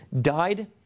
died